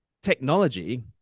Technology